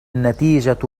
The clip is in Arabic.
النتيجة